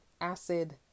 acid